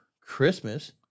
Christmas